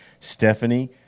Stephanie